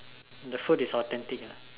the food is authentic ah